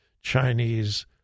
Chinese